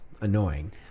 annoying